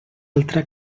altra